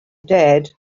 dared